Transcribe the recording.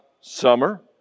summer